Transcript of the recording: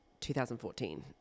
2014